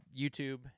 YouTube